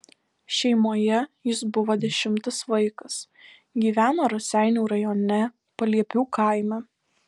šeimoje jis buvo dešimtas vaikas gyveno raseinių rajone paliepių kaime